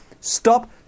stop